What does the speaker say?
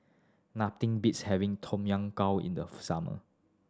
nothing beats having Tom Kha Gai in the summer